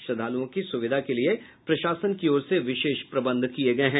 श्रद्वालुओं की सुविधा के लिए प्रशासन की ओर से विशेष प्रबंध किये गए हैं